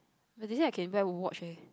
but they say I can wear watch eh